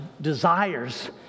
desires